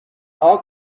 all